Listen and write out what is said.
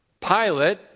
Pilate